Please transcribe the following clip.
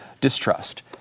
distrust